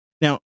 now